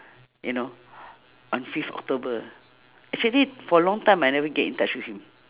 you know on fifth october actually for long time I never get in touch with him